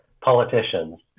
politicians